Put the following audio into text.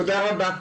תודה רבה.